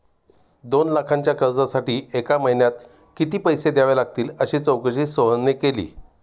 दोन लाखांच्या कर्जासाठी एका महिन्यात किती पैसे द्यावे लागतील अशी चौकशी सोहनने केली